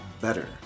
better